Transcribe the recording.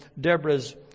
Deborah's